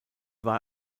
war